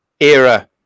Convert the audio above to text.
era